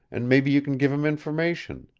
and maybe you can give him information.